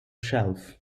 shelf